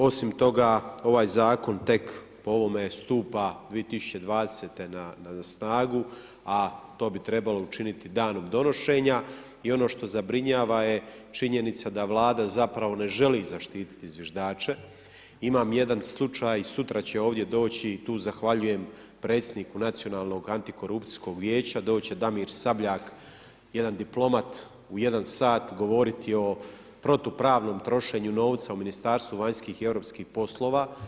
Osim toga, ovaj zakon tek po ovome stupa 2020. na snagu a to bi trebalo učiniti danom donošenja i ono što zabrinjava je, činjenica da vlada zapravo ne želi zaštiti zviždače, imam jedan slučaj, sutra će ovdje doći, tu zahvaljujem predsjedniku nacionalnog antikorupcijskog vijeća, doći će Damir Sabljak, jedan diplomat, u jedan sat govoriti o protupravnom trošenju novca u Ministarstvu vanjskih i europskih poslova.